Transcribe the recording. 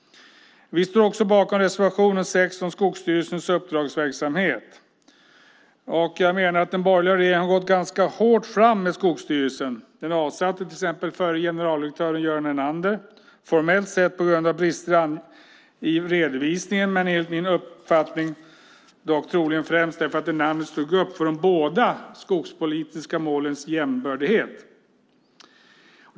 Vi står också bakom reservation 6 om Skogsstyrelsens uppdragsverksamhet. Jag menar att den borgerliga regeringen har gått ganska hårt fram mot Skogsstyrelsen. Den avsatte exempelvis den förre generaldirektören Göran Enander. Formellt sett var det på grund av brister i redovisningen, men enligt min uppfattning var det troligen främst därför att Enander stod upp för de båda skogspolitiska målens jämbördighet.